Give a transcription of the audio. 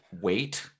wait